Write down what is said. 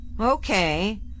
Okay